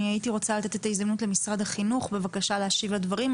הייתי רוצה לתת את ההזדמנות למשרד החינוך להשיב על הדברים.